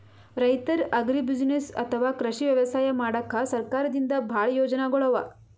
ರೈತರ್ ಅಗ್ರಿಬುಸಿನೆಸ್ಸ್ ಅಥವಾ ಕೃಷಿ ವ್ಯವಸಾಯ ಮಾಡಕ್ಕಾ ಸರ್ಕಾರದಿಂದಾ ಭಾಳ್ ಯೋಜನೆಗೊಳ್ ಅವಾ